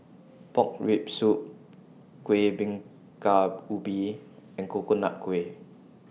Pork Rib Soup Kueh Bingka Ubi and Coconut Kuih